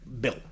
Bill